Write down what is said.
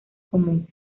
común